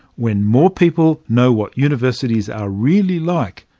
when more people know what universities are really like,